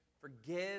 forgive